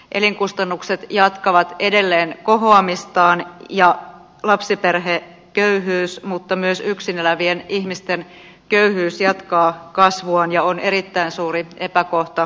elinkustannukset jatkavat edelleen kohoamistaan ja lapsiperheköyhyys mutta myös yksin elävien ihmisten köyhyys jatkaa kasvuaan ja on erittäin suuri epäkohta yhteiskunnassamme